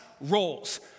roles